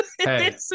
Hey